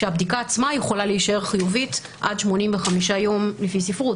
כשהבדיקה עצמה יכולה להישאר חיובית עד 85 יום לפי הספרות,